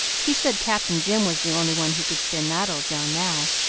he said captain jim was the only one who could spin that old yarn now.